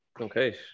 Okay